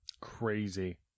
Crazy